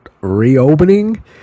reopening